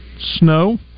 snow